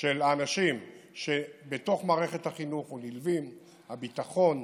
של האנשים בתוך מערכת החינוך, או נלווים הביטחון,